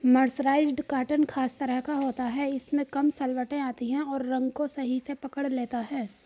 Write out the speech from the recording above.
mercerised cotton खास तरह का होता है इसमें कम सलवटें आती हैं और रंग को सही से पकड़ लेता है